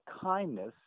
kindness